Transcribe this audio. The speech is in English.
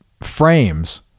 frames